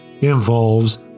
involves